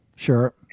Sure